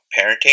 parenting